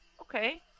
Okay